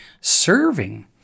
serving